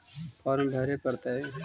Farm भरे परतय?